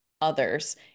others